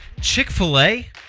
Chick-fil-A